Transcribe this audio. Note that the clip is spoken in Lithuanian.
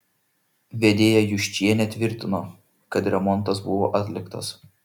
vedėja juščienė tvirtino kad remontas buvo atliktas